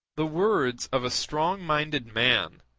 the words of a strong-minded man,